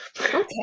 Okay